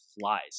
flies